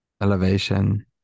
Elevation